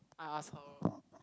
I'll ask her